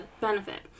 benefit